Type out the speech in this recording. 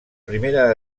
primera